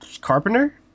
Carpenter